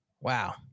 Wow